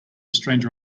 stranger